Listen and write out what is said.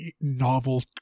novel